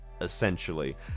essentially